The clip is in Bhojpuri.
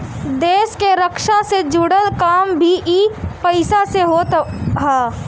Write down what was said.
देस के रक्षा से जुड़ल काम भी इ पईसा से होत हअ